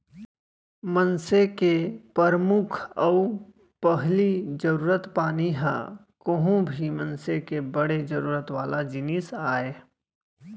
मनसे के परमुख अउ पहिली जरूरत पानी ह कोहूं भी मनसे के बड़े जरूरत वाला जिनिस आय